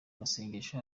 masengesho